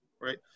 right